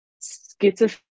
schizophrenia